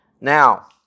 Now